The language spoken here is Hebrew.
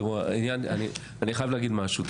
אני חייב להגיד משהו.